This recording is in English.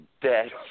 dead